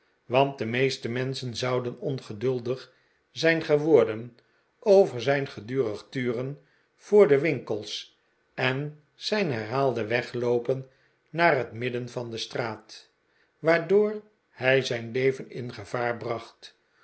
want de meeste menschen zouden ongeduldig zijn geworden over zijn gedurig turen voor de winkels en zijn herhaalde wegloopen naar het midden van de straat waardoor hij zijn leven in gevaar bracht